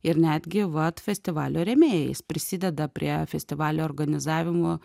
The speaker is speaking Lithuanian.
ir netgi vat festivalio rėmėjais prisideda prie festivalio organizavimo